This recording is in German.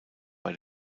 bei